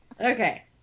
Okay